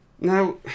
Now